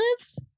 lives